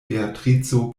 beatrico